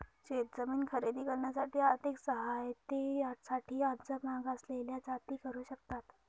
शेत जमीन खरेदी करण्यासाठी आर्थिक सहाय्यते साठी अर्ज मागासलेल्या जाती करू शकतात